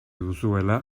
duzuela